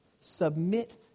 Submit